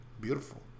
beautiful